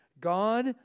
God